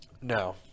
No